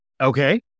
Okay